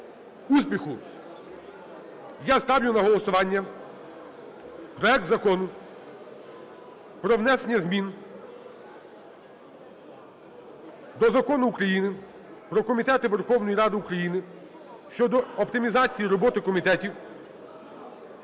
успіху! Я ставлю на голосування проект Закону про внесення змін до законів України "Про комітети Верховної Ради України" щодо оптимізації роботи комітетів